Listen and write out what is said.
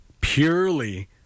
purely